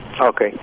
Okay